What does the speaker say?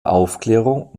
aufklärung